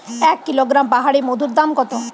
এক কিলোগ্রাম পাহাড়ী মধুর দাম কত?